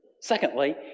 Secondly